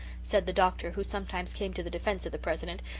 said the doctor, who sometimes came to the defence of the president,